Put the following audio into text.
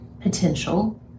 potential